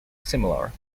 similar